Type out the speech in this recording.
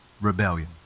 Rebellion